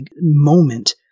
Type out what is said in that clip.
moment